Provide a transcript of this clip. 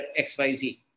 XYZ